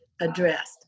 addressed